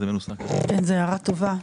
הערה טובה.